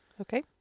Okay